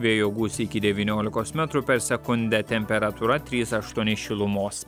vėjo gūsiai iki devyniolikos metrų per sekundę temperatūra trys aštuoni šilumos